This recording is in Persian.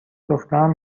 دخترم